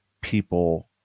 people